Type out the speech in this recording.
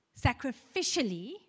sacrificially